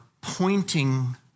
pointing